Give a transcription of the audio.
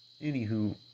Anywho